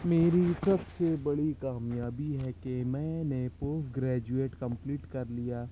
میری سب سے بڑی کامیابی ہے کہ میں نے پوسٹ گریجوئیٹ کمپلیٹ کر لیا